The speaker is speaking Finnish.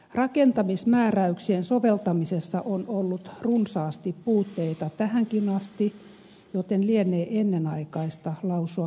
rakentamismääräyksien soveltamisessa on ollut runsaasti puutteita tähänkin asti joten lienee ennenaikaista lausua kiitoksia